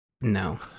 No